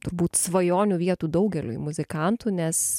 turbūt svajonių vietų daugeliui muzikantų nes